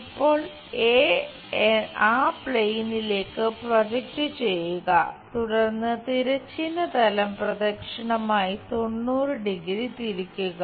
ഇപ്പോൾ എ ആ പ്ലെയിനിലേക്കു പ്രൊജക്റ്റ് ചെയ്യുക തുടർന്ന് തിരശ്ചീന തലം പ്രദക്ഷിണമായി 90 ഡിഗ്രി 90 º തിരിക്കുക